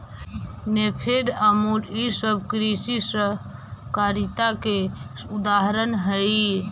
नेफेड, अमूल ई सब कृषि सहकारिता के उदाहरण हई